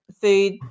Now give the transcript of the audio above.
food